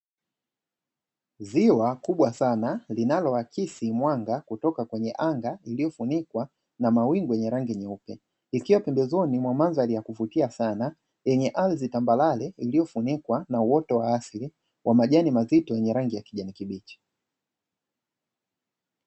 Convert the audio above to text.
Ziwa kubwa sana linaloakisi mwanga kutoka kwenye anga iliyofunikwa na mawingu yenye rangi nyeupe, ikiwa pembezoni mwa mandhari ya kuvutia sana yenye ardhi tambarare iliyofunikwa na uoto wa asili wa majani mazito yenye rangi ya kijani kibichi.